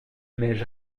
neige